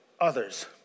others